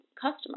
customer